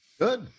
good